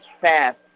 fast